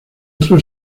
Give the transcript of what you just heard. otro